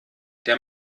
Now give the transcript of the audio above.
der